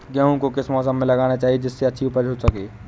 गेहूँ को किस मौसम में लगाना चाहिए जिससे अच्छी उपज हो सके?